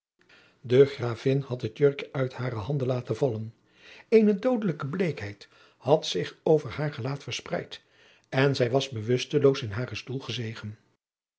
de gravin had het jurkje uit hare handen laten vallen eene doodelijke bleekheid had zich over haar gelaat verspreid en zij was bewusteloos in haren stoel gezegen